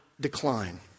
Decline